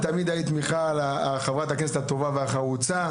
מיכל, תמיד היית מיכל חברת הכנסת הטובה והחרוצה.